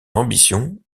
ambition